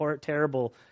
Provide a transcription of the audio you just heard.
terrible